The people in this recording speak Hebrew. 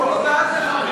כל הודעה זה חמש.